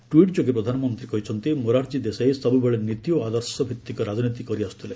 ଟ୍ପିଟ୍ ଯୋଗେ ପ୍ରଧାନମନ୍ତ୍ରୀ କହିଛନ୍ତି ମୋରାରଜୀ ଦେଶାଇ ସବୁବେଳେ ନୀତି ଓ ଆଦର୍ଶ ଭିତ୍ତିକ ରାଜନୀତି କରି ଆସୁଥିଲେ